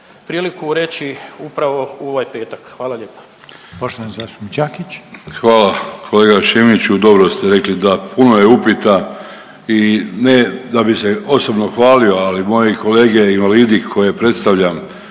priliku reći upravo u ovaj petak, hvala lijepa.